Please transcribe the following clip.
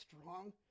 strong